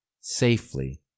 safely